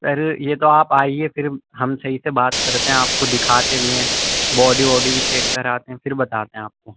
سر یہ تو آپ آئیے پھر ہم صحیح سے بات کرتے ہیں آپ کو دکھاتے بھی ہیں باڈی واڈی بھی چیک کراتے ہیں پھر بتاتے ہیں آپ کو